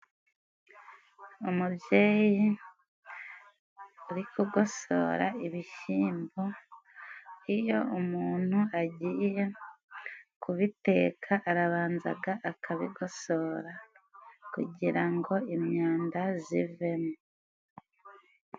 Umubyeyi uri kugosora ibishimbo. Iyo umuntu agiye kubiteka arabanzaga akabigosora, kugira ngo imyanda zivemo.